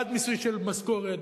בעד מיסוי של משכורת,